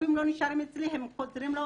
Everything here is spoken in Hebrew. הכספים לא נשארים אצלי, הם חוזרים לאוצר.